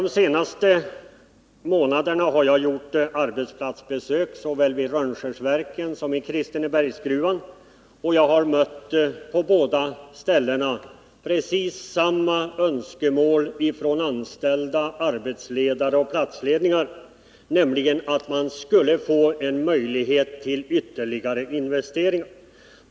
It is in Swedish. De senaste månaderna har jag gjort arbetsplatsbesök såväl vid Rönnskärsverken som i Kristinebergsgruvan. Och på båda ställena har jag mött precis samma önskemål från anställda, arbetsledare och platsledningar, nämligen att man vill få möjlighet till ytterligare investeringar.